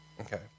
Okay